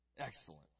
Excellent